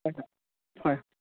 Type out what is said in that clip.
হয় হয়